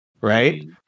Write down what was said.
right